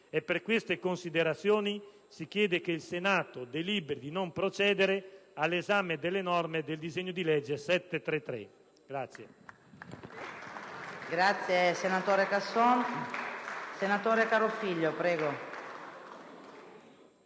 Per queste considerazioni, chiediamo che il Senato deliberi di non procedere all'esame delle norme del disegno di legge n.